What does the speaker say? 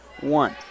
one